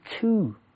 two